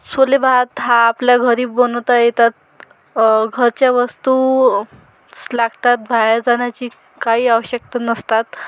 छोले भात हा आपल्या घरी बनवता येतात घरच्या वस्तूच लागतात बाहेर जाण्याची काही आवश्यकता नसतात